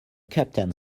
captain